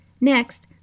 Next